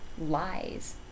lies